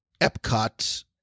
Epcot